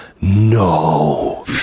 No